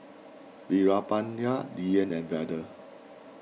Veerapandiya Dhyan and Vedre